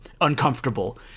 uncomfortable